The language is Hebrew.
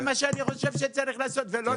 זה מה שאני חושב שצריך לעשות ולא